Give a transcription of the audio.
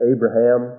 Abraham